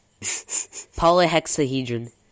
Polyhexahedron